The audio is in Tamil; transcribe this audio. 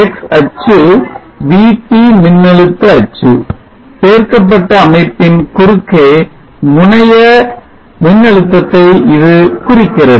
x அச்சு VT மின்னழுத்த அச்சு சேர்க்கப்பட்ட அமைப்பின் குறுக்கே முனைய மின்னழுத்தத்தை இது குறிக்கிறது